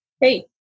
hey